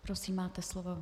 Prosím, máte slovo.